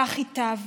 כך ייטב.